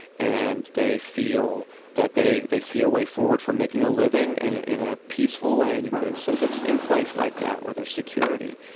and they feel that they they see a way forward for making a living and in a peaceful way, and you put incentives in place like that where there's security,